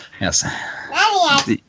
Yes